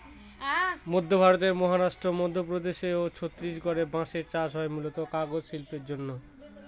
মধ্য ভারতের মহারাষ্ট্র, মধ্যপ্রদেশ ও ছত্তিশগড়ে বাঁশের চাষ হয় মূলতঃ কাগজ শিল্পের জন্যে